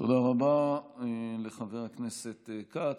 תודה רבה לחבר הכנסת כץ.